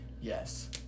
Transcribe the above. Yes